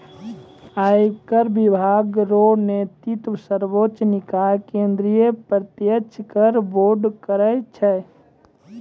आयकर विभाग रो नेतृत्व सर्वोच्च निकाय केंद्रीय प्रत्यक्ष कर बोर्ड करै छै